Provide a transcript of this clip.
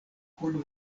kun